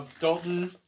Dalton